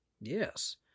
Yes